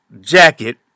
jacket